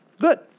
Good